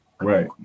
Right